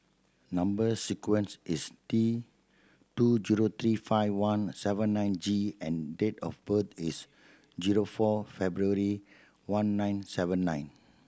number sequence is T two zero three five one seven nine G and date of birth is zero four February one nine seven nine